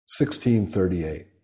1638